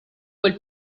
quel